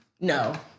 No